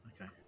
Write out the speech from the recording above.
Okay